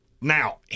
Now